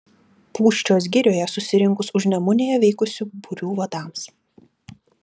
pūščios girioje susirinkus užnemunėje veikusių būrių vadams